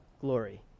glory